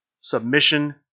submission